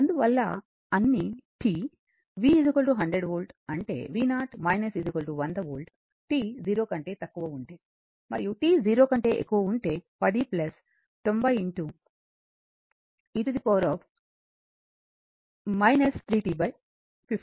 అందువల్ల అన్ని t v 100 volt అంటే v0 100 వోల్ట్t 0 కంటే తక్కువ ఉంటేమరియు t0 కంటే ఎక్కువ ఉంటే 10 90 e 3t5 వోల్ట్